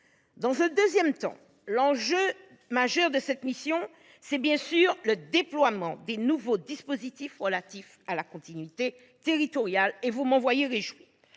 aidants. Le deuxième enjeu majeur de cette mission, c’est bien sûr le déploiement des nouveaux dispositifs relatifs à la continuité territoriale – vous m’en voyez ravie.